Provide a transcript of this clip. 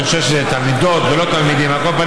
לכת עם אלהיך".